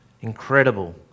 Incredible